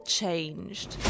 changed